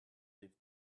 leaf